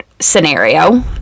scenario